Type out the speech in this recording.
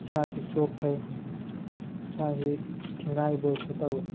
ꯏꯁꯥꯁꯤ ꯆꯣꯛꯊꯩ ꯏꯁꯥꯁꯦ ꯊꯤꯡꯒꯥꯏꯕꯣꯏꯁꯨ ꯇꯧꯋꯦ